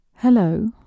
Hello